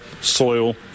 soil